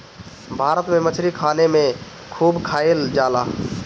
भारत में मछरी खाना में खूब खाएल जाला